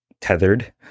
tethered